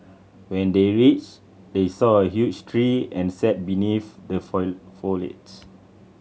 when they reached they saw a huge tree and sat beneath the foliage